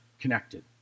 connected